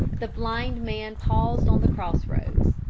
the blind man paused on the cross-roads.